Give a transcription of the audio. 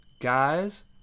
guys